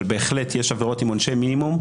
אבל בהחלט יש עבירות עם עונשי מינימום,